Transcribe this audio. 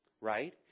right